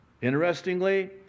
Interestingly